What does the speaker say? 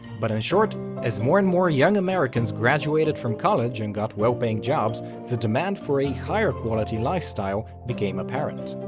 but in short as more and more young americans graduated from college and got well paying jobs, the demand for a higher-quality lifestyle became apparent.